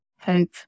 hope